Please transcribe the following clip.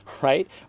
right